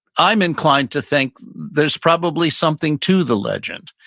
i'm inclined to think there's probably something to the legend,